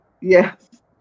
Yes